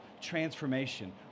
transformation